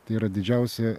tai yra didžiausia